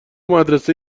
مدرسه